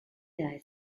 died